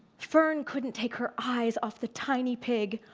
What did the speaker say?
fern couldn't take her eyes off the tiny pig.